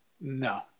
No